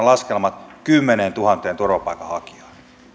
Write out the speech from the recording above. laskelmat perustuivat kymmeneentuhanteen turvapaikanhakijaan